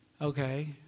Okay